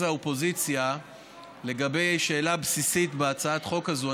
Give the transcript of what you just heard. האופוזיציה לגבי שאלה בסיסית בהצעת החוק הזאת.